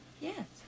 Yes